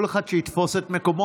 כל אחד שיתפוס את מקומו,